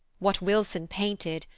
what wilson painted,